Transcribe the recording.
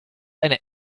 eine